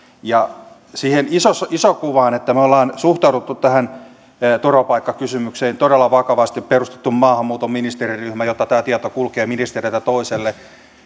ja mitä tulee siihen isoon kuvaan niin me olemme suhtautuneet tähän turvapaikkakysymykseen todella vakavasti perustaneet maahanmuuton ministeriryhmän jotta tämä tieto kulkee ministeriltä toiselle